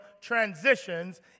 transitions